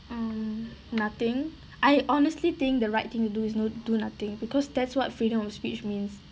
um nothing I honestly think the right thing to do is no do nothing because that's what freedom of speech means